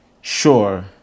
sure